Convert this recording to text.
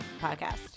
podcast